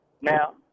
Now